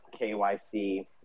KYC